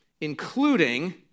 including